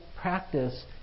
practice